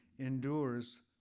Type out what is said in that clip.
endures